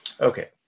Okay